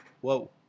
Whoa